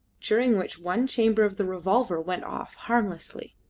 during which one chamber of the revolver went off harmlessly,